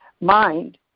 mind